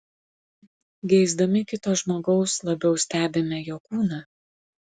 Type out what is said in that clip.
geisdami kito žmogaus labiau stebime jo kūną